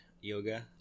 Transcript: Yoga